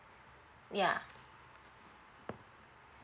ya